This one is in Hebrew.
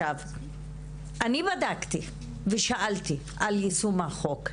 אני בדקתי ושאלתי על יישום החוק,